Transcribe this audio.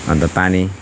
अन्त पानी